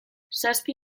zazpi